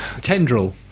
Tendril